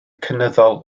cynyddol